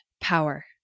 power